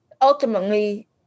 ultimately